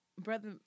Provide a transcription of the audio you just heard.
Brother